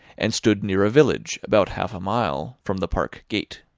and stood near a village, about half a mile from the park gate.